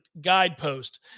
guidepost